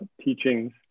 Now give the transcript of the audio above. teachings